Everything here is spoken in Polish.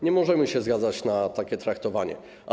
Nie możemy się zgodzić na takie traktowanie.